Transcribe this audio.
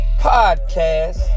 podcast